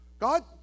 God